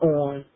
on